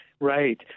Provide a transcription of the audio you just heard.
Right